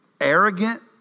arrogant